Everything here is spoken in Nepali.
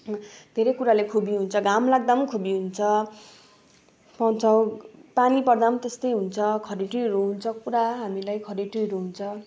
धेरै कुराले खुबी हुन्छ घाम लाग्दा पनि खुबी हुन्छ पाउँछौँ पानी पर्दा पनि त्यस्तै हुन्छ खडेरीहरू हुन्छ पुरा हामीलाई खडेरीहरू हुन्छ